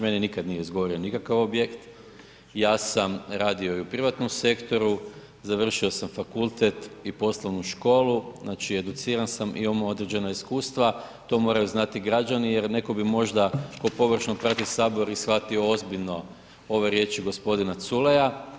Meni nikad nije izgorio nikakav objekt, ja sam radio i u privatnom sektoru, završio sam fakultet i poslovnu školu, educiran sam i imamo određena iskustva, to moraju znati građani jer neko bi možda ko površno prati Sabor i shvatio ozbiljno ove riječi gospodina Culeja.